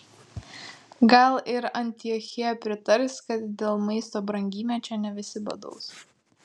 gal ir antiochija pritars kad dėl maisto brangymečio ne visi badaus